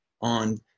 on